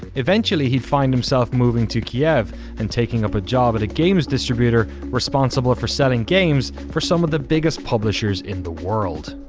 eventually he'd find himself moving to kiev and taking up a job at a games distributor responsible for selling games for some of the biggest publishers in the world.